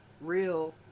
real